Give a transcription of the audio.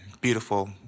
beautiful